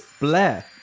Blair